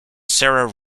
sarah